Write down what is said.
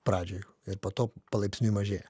pradžioj ir po to palaipsniui mažėja